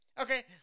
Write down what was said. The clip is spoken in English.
okay